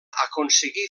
aconseguir